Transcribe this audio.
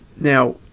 Now